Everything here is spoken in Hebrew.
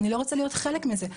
אני לא רוצה להיות חלק מזה.